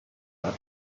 part